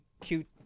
cute